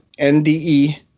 NDE